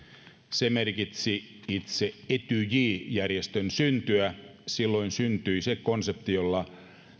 se merkitsi itse ety järjestön syntyä silloin syntyi se konsepti jolla